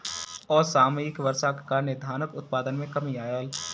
असामयिक वर्षाक कारणें धानक उत्पादन मे कमी आयल